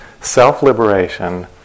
Self-Liberation